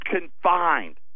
confined